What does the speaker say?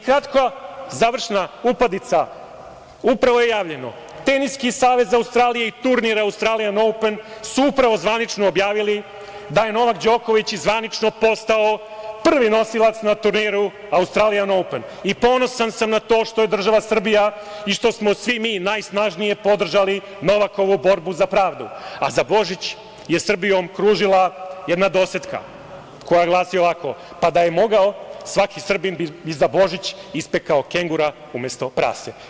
Kratko, završna upadica, upravo je javljeno, Teniski savez Australije i turnir „Australija Open“ su upravo zvanično objavili da je Novak Đoković zvanično i postao prvi nosilac na turniru „Australija Open“ i ponosan sam na to što je država Srbija i što smo svi mi najsnažnije podržali Novakovu borbu za pravdu, a za Božić je Srbijom kružila jedna dosetka koja glasi ovako – pa da je mogao svaki Srbin bi za Božić ispekao kengura umesto prase.